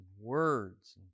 words